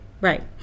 Right